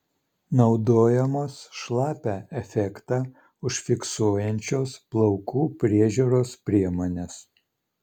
naudojamos šlapią efektą užfiksuojančios plaukų priežiūros priemonės